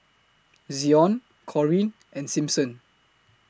Zion Corean and Simpson